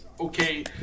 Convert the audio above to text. Okay